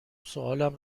سوالم